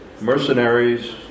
mercenaries